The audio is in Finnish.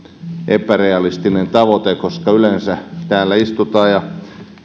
epärealistinen tavoite koska yleensä täällä istutaan ja